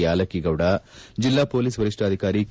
ಯಾಲಕ್ಕಿಗೌಡ ಜಿಲ್ಲಾ ಪೊಲೀಸ್ ವರಿಷ್ಠಾಧಿಕಾರಿ ಕೆ